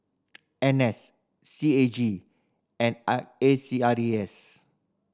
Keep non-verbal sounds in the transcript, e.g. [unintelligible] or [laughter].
N S C A G and [unintelligible] A C R E S